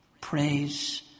Praise